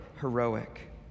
heroic